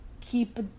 keep